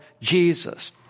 Jesus